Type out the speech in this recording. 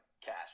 cash